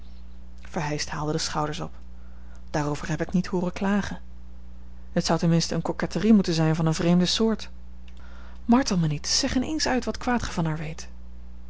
verheyst haalde de schouders op daarover heb ik niet hooren klagen het zou ten minste eene coquetterie moeten zijn van een vreemde soort martel mij niet zeg in eens uit wat kwaad gij van haar weet